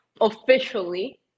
officially